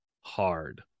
hard